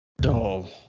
dull